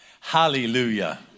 Hallelujah